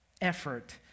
effort